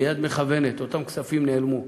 ביד מכוונת אותם כספים נעלמו.